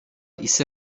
ise